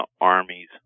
armies